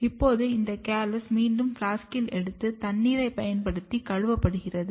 இப்போது இந்த கேலஸ் மீண்டும் பிளாஸ்கில் எடுத்து தண்ணீரைப் பயன்படுத்தி கழுவப்படுகிறது